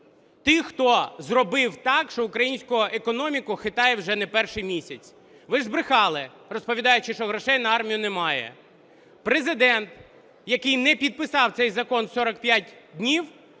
тих, хто зробив так, що українську економіку хитає вже не перший місяць. Ви ж брехали, розповідаючи, що грошей на армію немає. Президент, який не підписав цей закон в 45 днів,